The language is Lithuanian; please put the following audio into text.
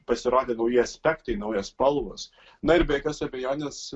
pasirodė nauji aspektai naujos spalvos na ir be jokios abejonės